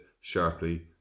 sharply